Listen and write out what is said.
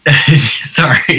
sorry